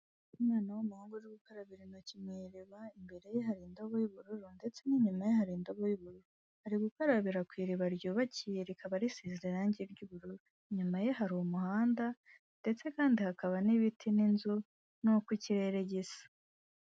Umwana w'umuhungu uri gukarabira intoki mu iriba, imbere ye hari indobo y'ubururu ndetse n'inyuma ye hari indobo y'ubururu, ari gukarababira ku iriba ryubakiye rikaba risize irangi ry'ubururu, inyuma ye hari umuhanda ndetse kandi hakaba n'ibiti n'inzu n'uko ikirere gisa.